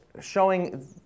showing